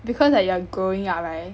because like you are growing up right